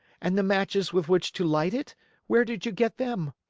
and the matches with which to light it where did you get them?